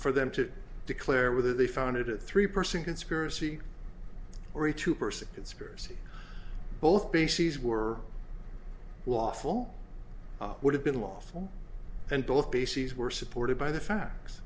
for them to declare whether they found it a three person conspiracy or a two person conspiracy both bases were lawful would have been lawful and both bases were supported by the facts